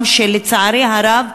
לצערי הרב,